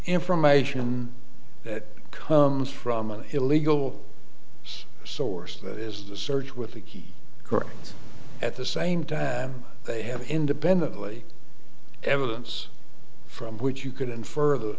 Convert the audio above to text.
information that comes from an illegal source that is a search with a key at the same time they have independently evidence from which you could infer the